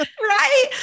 Right